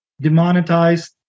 demonetized